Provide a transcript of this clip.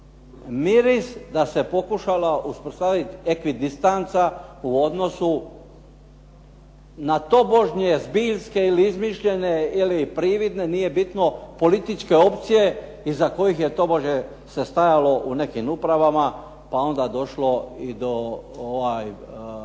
miris da se pokušala uspostaviti ekvidistanca u odnosu na tobožnje zbiljske ili izmišljene ili prividne, nije bitno, političke opcije, iza kojih je tobože se stajalo u nekim upravama pa onda došlo i do procesa